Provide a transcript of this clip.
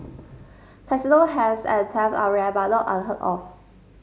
casino heist and theft are rare but not unheard of